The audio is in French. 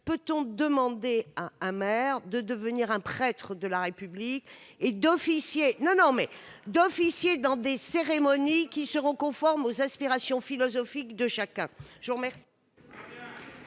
peut-on demander à un maire de devenir un prêtre de la République et d'officiers non non mais d'officier dans des cérémonies qui seront conformes aux aspirations philosophiques de chacun,